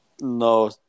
No